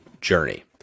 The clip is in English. journey